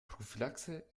prophylaxe